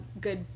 good